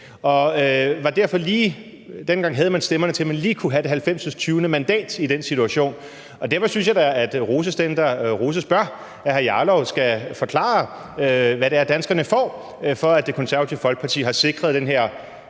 jo så til, og da havde man stemmerne til, at man lige kunne have det 90. mandat i den situation, og derfor synes jeg da, at roses den, der roses bør, og at hr. Rasmus Jarlov skal forklare, hvad det er, danskerne får, i forbindelse med at Det Konservative Folkeparti har sikret den her,